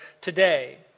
today